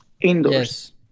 indoors